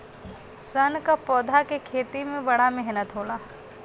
सन क पौधा के खेती में बड़ा मेहनत होला